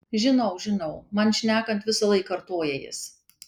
žinau žinau man šnekant visąlaik kartoja jis